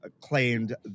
claimed